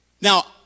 Now